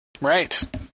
Right